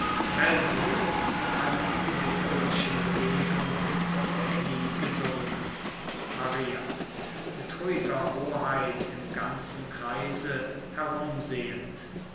ist mit einer unwillkürlichen bewegung auf die knie gesunken maria mit ruhiger hoheit im ganzen kreise